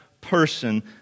person